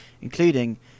including